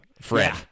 fred